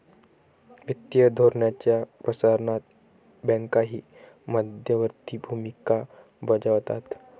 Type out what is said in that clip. वित्तीय धोरणाच्या प्रसारणात बँकाही मध्यवर्ती भूमिका बजावतात